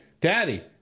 Daddy